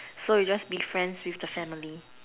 so you just be friends with the family